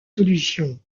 solutions